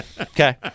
Okay